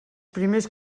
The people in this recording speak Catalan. primers